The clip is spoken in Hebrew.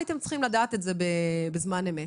הייתם צריכים לדעת את זה בזמן אמת.